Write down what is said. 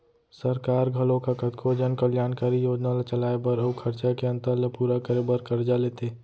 सरकार घलोक ह कतको जन कल्यानकारी योजना ल चलाए बर अउ खरचा के अंतर ल पूरा करे बर करजा लेथे